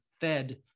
fed